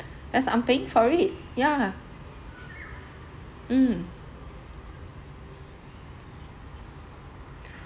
as I'm paying for it yeah mm